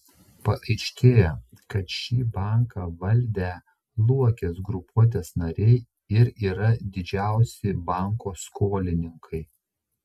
paaiškėja kad šį banką valdę luokės grupuotės nariai ir yra didžiausi banko skolininkai